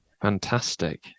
Fantastic